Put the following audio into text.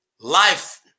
life